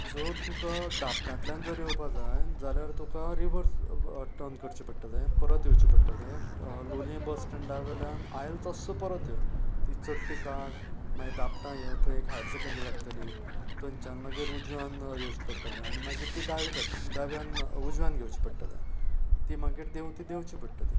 जर तुका दापटांतल्यान जर येवपा जाय जाल्यार तुका रिवर्स टर्न करचे पडटलें परत येवचे पडटलें लोलये बस स्टेंडावयल्यान आयल तस्सो परत यो ती चडटी काड मागीर दापटां यो थंय एक हायर सॅकेंडरी लागतली थंयच्यान मागीर उजव्यान येवचे पडटले आनी मागीर ती दाव्या दाव्यान उजव्यान घेवचे पडटले तीं मागीर देंवती देंवची पडटली